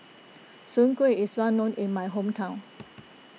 Soon Kueh is well known in my hometown